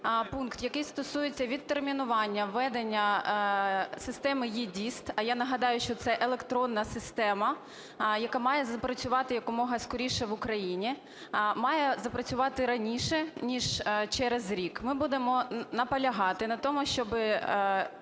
пункт, який стосується відтермінування введення системи ЕДІСТ, а я нагадаю, що це електронна система, яка має запрацювати якомога скоріше в Україні, має запрацювати раніше ніж через рік. Ми будемо наполягати на тому, щоб